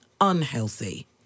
unhealthy